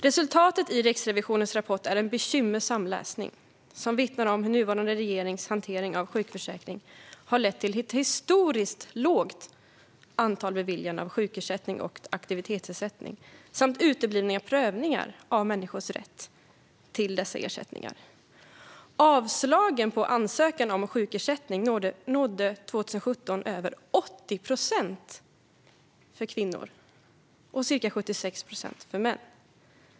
Resultatet i Riksrevisionens rapport är bekymmersam läsning som vittnar om hur nuvarande regerings hantering av sjukförsäkringen har lett till ett historiskt lågt antal beviljanden av sjukersättning och aktivitetsersättning samt uteblivna prövningar av människors rätt till dessa ersättningar. Avslagen på ansökan om sjukersättning låg 2017 på över 80 procent för kvinnor och ca 76 procent för män.